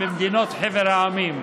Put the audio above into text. מחבר המדינות.